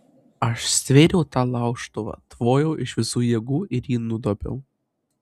aš stvėriau tą laužtuvą tvojau iš visų jėgų ir jį nudobiau